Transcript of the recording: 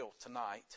tonight